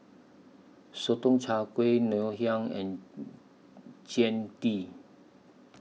Sotong Char Kway Ngoh Hiang and Jian Dui